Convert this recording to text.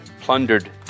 plundered